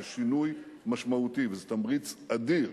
זה שינוי משמעותי וזה תמריץ אדיר